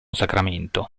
sacramento